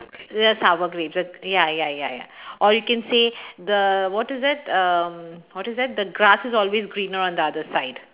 the sour grapes uh ya ya ya ya or you can say the what is that um what is that the grass is always greener on the other side